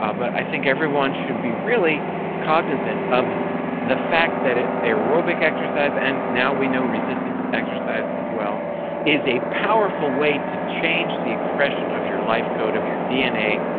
um but i think everyone should be really cognizant of the fact that ah aerobic exercise and now we know resistance exercise as well is a powerful way to change the expression of your life code, of your dna,